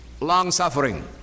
long-suffering